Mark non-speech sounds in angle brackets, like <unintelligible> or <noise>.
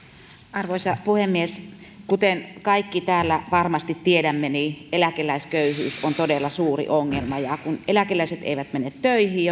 arvoisa puhemies kuten kaikki täällä varmasti tiedämme eläkeläisköyhyys on todella suuri ongelma eläkeläiset eivät mene töihin <unintelligible>